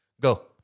go